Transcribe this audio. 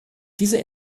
diese